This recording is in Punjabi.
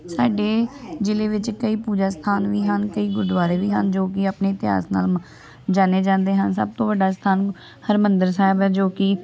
ਸਾਡੇ ਜ਼ਿਲ੍ਹੇ ਵਿੱਚ ਕਈ ਪੂਜਾ ਸਥਾਨ ਵੀ ਹਨ ਕਈ ਗੁਰਦੁਆਰੇ ਵੀ ਹਨ ਜੋ ਕਿ ਆਪਣੇ ਇਤਿਹਾਸ ਨਾਲ ਜਾਣੇ ਜਾਂਦੇ ਹਨ ਸਭ ਤੋਂ ਵੱਡਾ ਸਥਾਨ ਹਰਿਮੰਦਰ ਸਾਹਿਬ ਹੈ ਜੋ ਕਿ